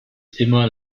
immer